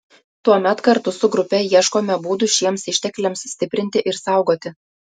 tuomet kartu su grupe ieškome būdų šiems ištekliams stiprinti ir saugoti